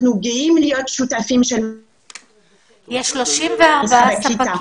אנחנו גאים להיות שותפים של --- יש 34 ספקים,